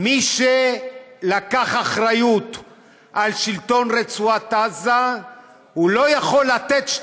מי שלקח אחריות לשלטון ברצועת עזה לא יכול לתת 2